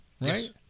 right